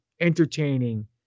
Entertaining